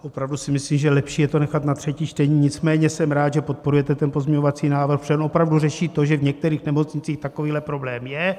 Opravdu si myslím, že lepší je to nechat na třetí čtení, nicméně jsem rád, že podporujete ten pozměňovací návrh, protože on opravdu řeší to, že v některých nemocnicích takový problém je.